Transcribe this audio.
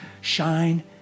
shine